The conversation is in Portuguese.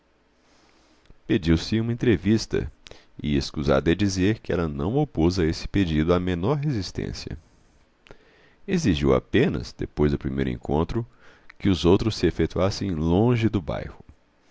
bela pediu se uma entrevista e escusado é dizer que ela não opôs a esse pedido a menor resistência exigiu apenas depois do primeiro encontro que os outros se efetuassem longe do bairro